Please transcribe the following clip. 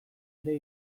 ere